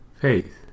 faith